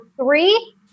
three